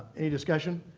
any discussion?